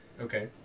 Okay